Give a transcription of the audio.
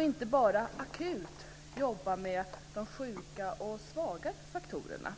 inte bara arbeta akut med de sjuka och svaga faktorerna.